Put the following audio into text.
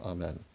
Amen